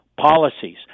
policies